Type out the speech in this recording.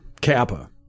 Kappa